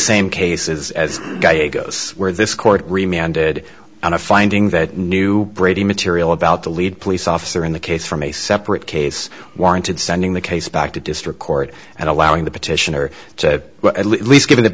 same cases as goes where this court reminded on of finding that new brady material about the lead police officer in the case from a separate case warranted sending the case back to district court and allowing the petitioner to at least give th